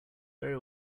very